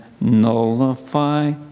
nullify